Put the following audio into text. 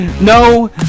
no